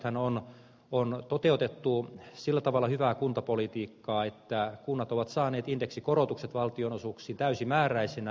nythän on toteutettu sillä tavalla hyvää kuntapolitiikkaa että kunnat ovat saaneet indeksikorotukset valtionosuuksiin täysimääräisinä